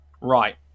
Right